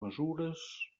mesures